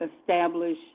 establish